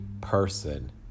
person